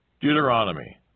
Deuteronomy